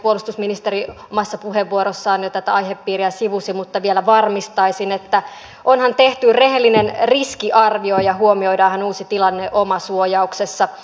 puolustusministeri omassa puheenvuorossaan jo tätä aihepiiriä sivusi mutta vielä varmistaisin että onhan tehty rehellinen riskiarvio ja huomioidaanhan uusi tilanne omasuojauksessa